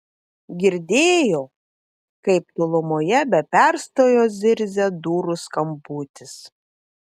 girdėjo kaip tolumoje be perstojo zirzia durų skambutis